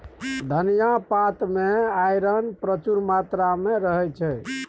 धनियाँ पात मे आइरन प्रचुर मात्रा मे रहय छै